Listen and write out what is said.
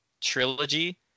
trilogy